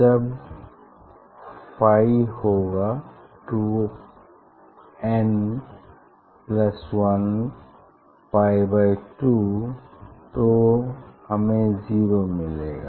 जब फाई होगा 2n 1पाई बाई 2 तो हमें जीरो मिलेगा